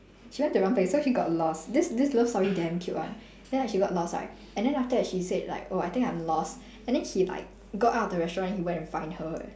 she went to the wrong place so she got lost this this love story damn cute [one] then like she got lost right and then after that she said like oh I think I'm lost and then he like got out of the restaurant and he went to find her eh